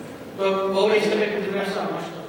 או להסתפק בדברי השר, מה שאתה רוצה.